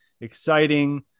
exciting